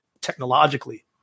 technologically